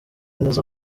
nizo